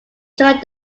joined